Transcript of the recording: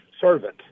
servant